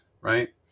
Right